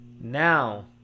Now